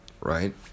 right